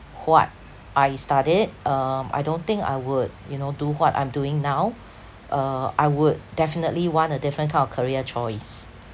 what I studied um I don't think I would you know do what I'm doing now uh I would definitely want a different kind of career choice